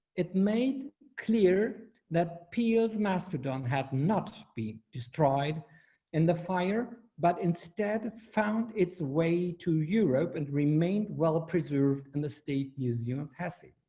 it made clear that peeled mastodon have not been destroyed in the fire, but instead found its way to europe and remained well preserved in the state museum has seen